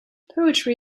poetry